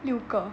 六个